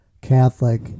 Catholic